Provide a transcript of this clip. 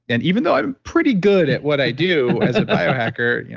and even though i'm pretty good at what i do as a biohacker, yeah